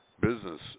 business